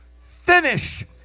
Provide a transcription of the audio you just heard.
finish